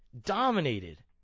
dominated